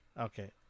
Okay